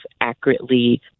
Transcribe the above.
accurately